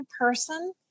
person